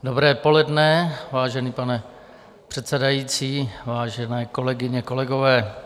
Dobré poledne, vážený pane předsedající, vážené kolegyně, kolegové.